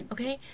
Okay